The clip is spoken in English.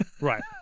right